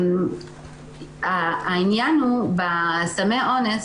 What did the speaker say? העניין בסמי האונס